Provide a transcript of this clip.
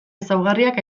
ezaugarriak